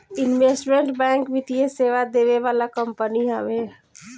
investment bank वित्तीय सेवा देवे वाला कंपनी हवे